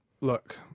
look